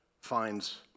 finds